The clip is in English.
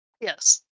Yes